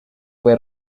fue